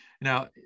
Now